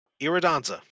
Iridanza